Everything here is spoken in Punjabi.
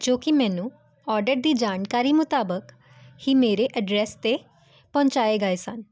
ਜੋ ਕਿ ਮੈਨੂੰ ਔਡਰ ਦੀ ਜਾਣਕਾਰੀ ਮੁਤਾਬਕ ਹੀ ਮੇਰੇ ਐਡਰੈਸ 'ਤੇ ਪਹੁੰਚਾਏ ਗਏ ਸਨ